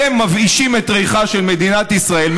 אתם מבאישים את ריחה של מדינת ישראל,